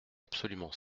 absolument